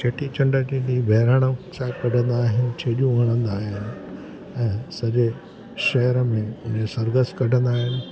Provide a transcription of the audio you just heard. चेटीचंड जे ॾींहुं बहिराणो साहिबु कढंदा आहियूं छेॼियूं हणंदा आहियूं ऐं सॼे शहर में हिनजो सरघस कढ़ंदा आहिनि